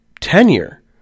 tenure